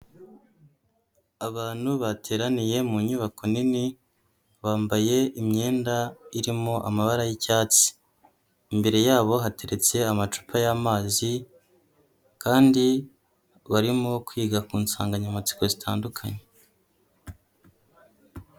Abantu bateraniye mu nyubako nini, bambaye imyenda irimo amabara y'icyatsi. Imbere yabo hateretse amacupa y'amazi kandi barimo kwiga ku nsanganyamatsiko zitandukanye.